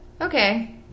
Okay